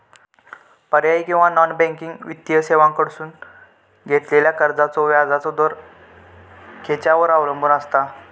पर्यायी किंवा non banking वित्तीय सेवांकडसून घेतलेल्या कर्जाचो व्याजाचा दर खेच्यार अवलंबून आसता?